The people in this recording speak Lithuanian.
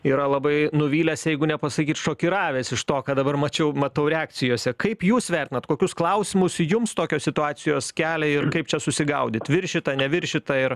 yra labai nuvylęs jeigu nepasakyt šokiravęs iš to ką dabar mačiau matau reakcijose kaip jūs vertinat kokius klausimus jums tokios situacijos kelia ir kaip čia susigaudyt viršyta neviršyta ir